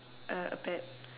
a a pet